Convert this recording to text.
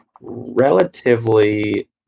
relatively